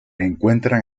encuentran